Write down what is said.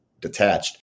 detached